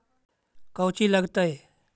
कौची लगतय?